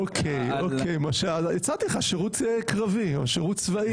אוקיי, משה, הצעתי לך שירות קרבי או שירות צבאי.